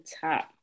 top